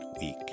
week